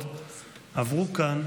עברו כאן